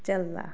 चला